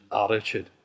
attitude